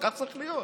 וכך צריך להיות.